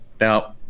Now